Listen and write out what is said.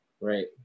right